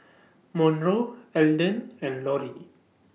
Monroe Alden and Lorrie